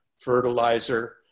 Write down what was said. fertilizer